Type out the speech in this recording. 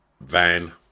van